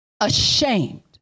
ashamed